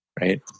Right